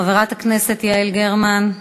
חברת הכנסת יעל גרמן.